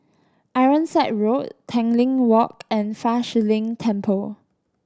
Ironside Road Tanglin Walk and Fa Shi Lin Temple